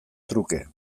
truke